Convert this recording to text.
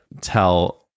tell